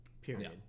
Period